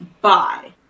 bye